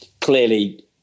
clearly